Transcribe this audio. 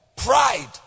pride